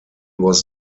was